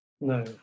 No